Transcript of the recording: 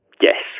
Yes